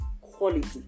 Quality